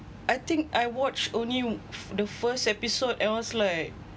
I think I watch only the first episode and I was like